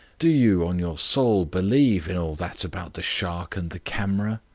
do you, on your soul, believe in all that about the shark and the camera?